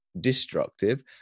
destructive